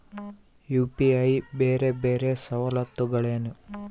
UPI ಬೇರೆ ಬೇರೆ ಸವಲತ್ತುಗಳೇನು?